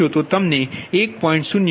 049 મળશે